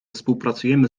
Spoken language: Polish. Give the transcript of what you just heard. współpracujemy